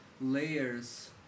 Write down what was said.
layers